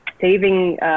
saving